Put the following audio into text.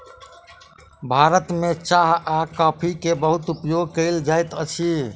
भारत में चाह आ कॉफ़ी के बहुत उपयोग कयल जाइत अछि